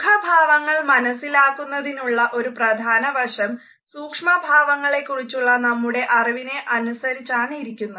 മുഖഭാവങ്ങൾ മനസ്സിലാക്കുന്നതിനുള്ള ഒരു പ്രധാന വശം സൂക്ഷ്മ ഭാവങ്ങളെക്കുറിച്ചുള്ള നമ്മുടെ അറിവിനെ അനുസരിച്ചാണിരിക്കുന്നത്